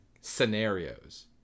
scenarios